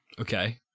Okay